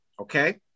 okay